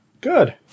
good